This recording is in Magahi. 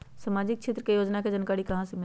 सामाजिक क्षेत्र के योजना के जानकारी कहाँ से मिलतै?